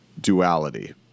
duality